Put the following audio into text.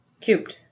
cubed